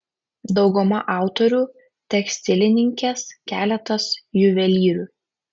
dauguma autorių tekstilininkės keletas juvelyrių